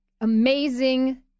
amazing